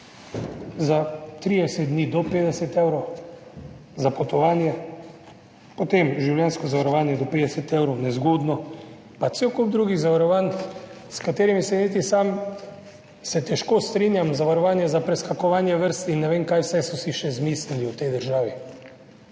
za 30 dni do 50 evrov za potovanje, potem življenjsko zavarovanje do 50 evrov, nezgodno pa cel kup drugih zavarovanj, s katerimi se sam težko strinjam, zavarovanje za preskakovanje vrst in ne vem, kaj vse so si še izmislili v tej državi.